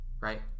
Right